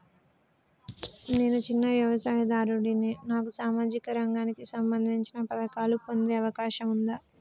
నేను చిన్న వ్యవసాయదారుడిని నాకు సామాజిక రంగానికి సంబంధించిన పథకాలు పొందే అవకాశం ఉందా?